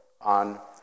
on